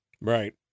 Right